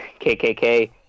KKK